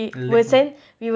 left maksud